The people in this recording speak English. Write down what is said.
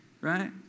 right